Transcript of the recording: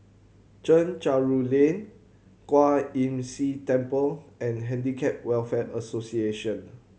Chencharu Lane Kwan Imm See Temple and Handicap Welfare Association